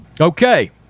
Okay